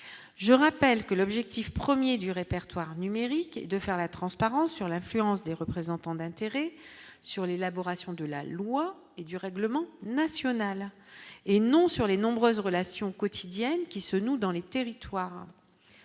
je rappelle que l'objectif 1er du répertoire numérique de faire la transparence sur l'influence des représentants d'intérêts sur l'élaboration de la loi et du règlement national et non sur les nombreuses relations quotidiennes qui se noue dans les territoires,